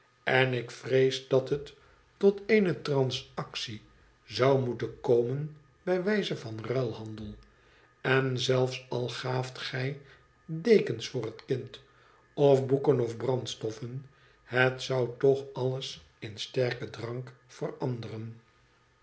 en ik vrees dat het tot eene transactie zou moeten komen bij wije van nülhandel en zelfs al gaaft gij dekens voor het kind of boeken of brandstoffen het zou toch alles in sterken drank veranderen